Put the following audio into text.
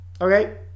okay